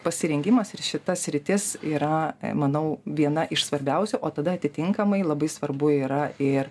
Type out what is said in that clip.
pasirengimas ir šita sritis yra manau viena iš svarbiausių o tada atitinkamai labai svarbu yra ir